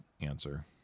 answer